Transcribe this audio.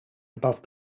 above